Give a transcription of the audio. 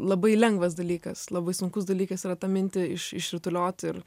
labai lengvas dalykas labai sunkus dalykas yra tą mintį iš išrutulioti ir